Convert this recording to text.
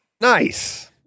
nice